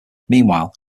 meanwhile